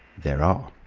there are.